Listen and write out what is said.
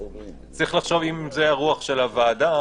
צריך לחשוב אם זו הרוח של הוועדה,